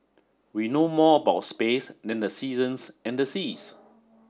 we know more about space than the seasons and the seas